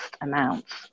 amounts